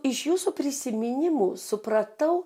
iš jūsų prisiminimų supratau